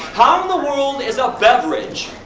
um the world is a beverage,